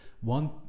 One